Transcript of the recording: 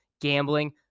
gambling